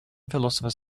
philosophers